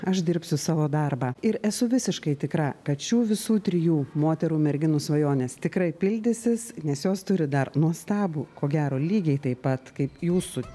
aš dirbsiu savo darbą ir esu visiškai tikra kad šių visų trijų moterų merginų svajonės tikrai pildysis nes jos turi dar nuostabų ko gero lygiai taip pat kaip jūsų